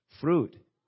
fruit